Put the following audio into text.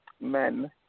men